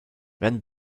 when